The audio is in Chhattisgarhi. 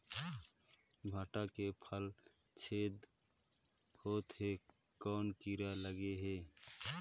भांटा के फल छेदा होत हे कौन कीरा लगे हे?